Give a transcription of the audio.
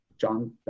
John